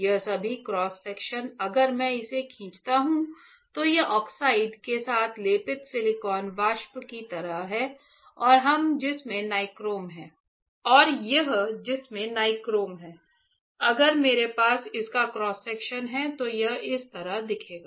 ये सभी cross section अगर मैं इसे खींचता हूं तो यह ऑक्साइड के साथ लेपित सिलिकॉन वाष्प की तरह है या जिसमें नाइक्रोम है अगर मेरे पास इसका क्रॉस सेक्शन है तो यह इस तरह दिखेगा